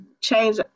change